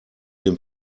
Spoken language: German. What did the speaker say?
dem